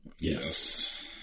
Yes